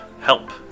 Help